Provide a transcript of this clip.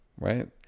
right